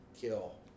Kill